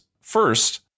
First